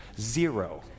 Zero